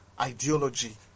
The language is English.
ideology